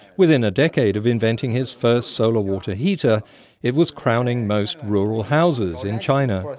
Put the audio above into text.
within a decade of inventing his first solar water heater it was crowning most rural houses in china.